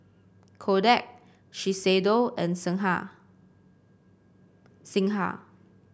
Kodak Shiseido and Singha Singha